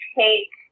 take